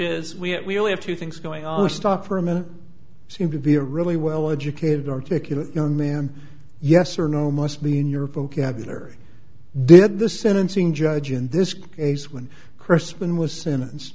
is we only have two things going on a stop for a minute seem to be a really well educated articulate young man yes or no must mean your vocabulary did the sentencing judge in this case when crispin was sentenced